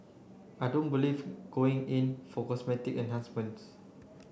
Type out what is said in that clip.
I don't believe going in for cosmetic enhancements